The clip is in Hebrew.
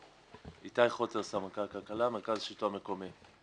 איתי חוטר, סמנכ"ל כלכלה, מרכז שלטון מקומי.